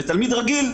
ותלמיד רגיל,